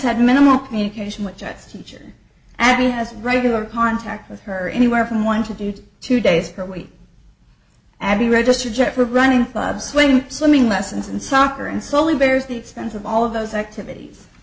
had minimal communication with jets teacher and he has regular contact with her anywhere from one to two days per week abby registered jets were running clubs when swimming lessons and soccer and slowly bears the expense of all of those activities